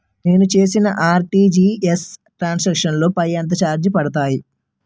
నేను చేసిన RTGS transaction లో పై ఎంత చార్జెస్ పడతాయి?